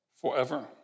forever